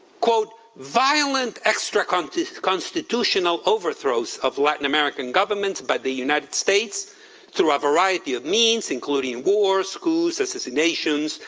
quote, violent extra-constitutional overthrows of latin american governments by the united states through a variety of means, including wars, coups, assassinations,